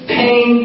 pain